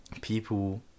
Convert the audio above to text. People